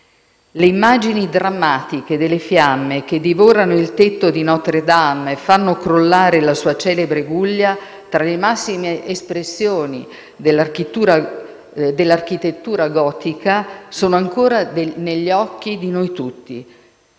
Le immagini drammatiche delle fiamme che divorano il tetto di Notre-Dame e fanno crollare la sua celebre guglia, tra le massime espressioni dell'architettura gotica, sono ancora negli occhi di noi tutti.